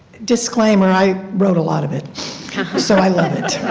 disclaimer i wrote a lot of it so i love it.